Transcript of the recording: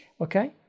Okay